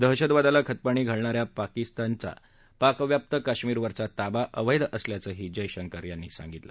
दहशतवादाला खतपाणी घालणा या पाकिस्तानचा पाकव्याप्त कश्मीर वरचा ताबा अवैध असल्याचंही जयशंकर म्हणाले